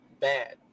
bad